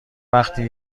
وقتی